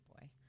boy